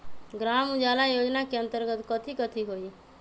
ग्राम उजाला योजना के अंतर्गत कथी कथी होई?